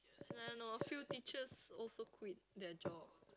uh no a few teachers also quit their job